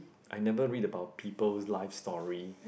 I never read about people's life story